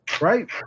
right